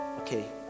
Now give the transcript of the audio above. Okay